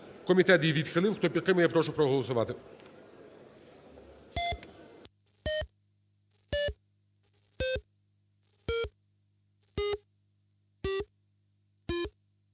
Комітет її відхилив. Хто підтримує, прошу проголосувати.